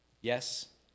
Yes